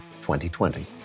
2020